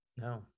no